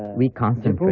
we concentrate.